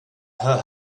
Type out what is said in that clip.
her